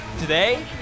today